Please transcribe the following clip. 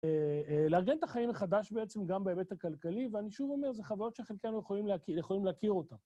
לארגן את החיים החדש בעצם גם בהיבט הכלכלי, ואני שוב אומר, זה חוויות שחלקנו יכולים להכיר, יכולים להכיר אותן.